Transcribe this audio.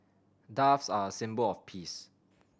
doves are a symbol of peace